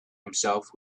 himself